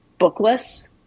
bookless